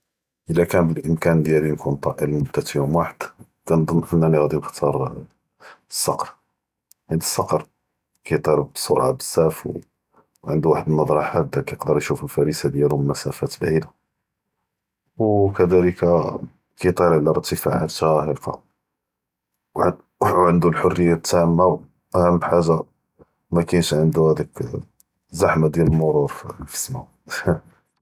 אלא כאן באלאימכן דיאלי ניכון טאאר לללמדה יום אחד, כנדנ אנני ראדי נכ’תאר אלסקר, חית אלסקר כיטיר בסרעה בזאף ו ענדו וחד אלנצרה חדה כידר יישוף אלפריסה דיאלו מן מסافات בעידה, ו כדאלכ כיטיר עלא אירת’עפאת שאאהקה, ו ענדו אלחריה אלתאמה ו אהם חאגה מאכאיןש ענדו האדיק זחמה דיאל אלמארור פ אלסיר.